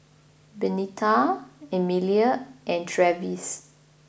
Benita Amelie and Travis